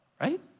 right